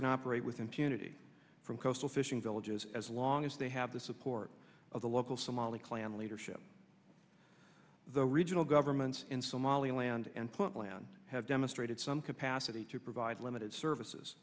can operate with impunity from coastal fishing villages as long as they have the support of the local somali clan leadership the regional governments in somaliland and point land have demonstrated some capacity to provide limited services